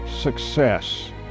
success